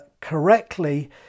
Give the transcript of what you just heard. correctly